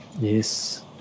Yes